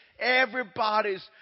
Everybody's